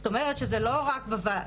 זאת אומרת, שזה לא רק בוועדה.